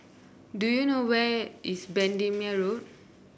do you know where is Bendemeer Road